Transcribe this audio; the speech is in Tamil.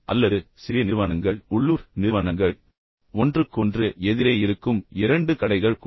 அல்லது சிறிய நிறுவனங்கள் உள்ளூர் நிறுவனங்கள் ஒன்றுக்கொன்று எதிரே இருக்கும் இரண்டு கடைகள் கூட